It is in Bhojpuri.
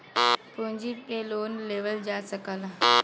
पूँजी पे लोन लेवल जा सकला